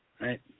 right